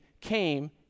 came